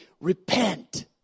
repent